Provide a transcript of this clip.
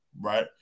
right